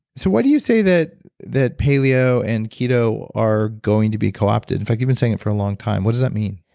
so, why do you say that that paleo and keto are going to be coopted? in fact, you've been saying it for a long time. what does that mean?